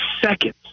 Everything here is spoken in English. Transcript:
seconds